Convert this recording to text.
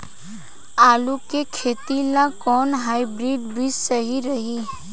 आलू के खेती ला कोवन हाइब्रिड बीज सही रही?